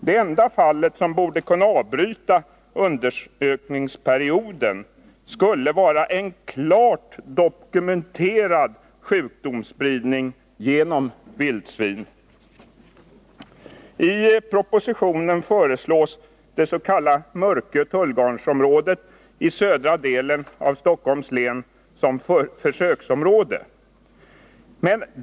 Det enda fall som borde kunna ge anledning till avbrytande av undersökningen under perioden skulle vara en klart dokumenterad sjukdomsspridning genom vildsvin. I propositionen föreslås det s.k. Mörkö-Tullgarnsområdet i södra delen av Stockholms län som försöksområde.